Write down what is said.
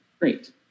Great